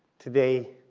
today,